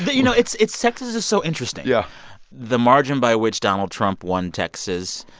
but you know, it's it's texas is so interesting yeah the margin by which donald trump won texas